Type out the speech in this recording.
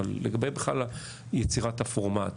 אבל לגבי בכלל יצירת הפורמט?